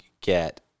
get